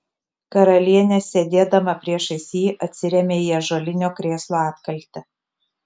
karalienė sėdėdama priešais jį atsirėmė į ąžuolinio krėslo atkaltę